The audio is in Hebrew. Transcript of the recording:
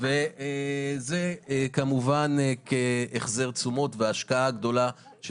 וזה כמובן כהחזר תשומות והשקעה גדולה של